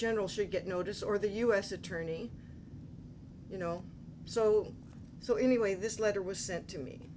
general should get notice or the u s attorney you know so so anyway this letter was sent to me